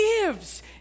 gives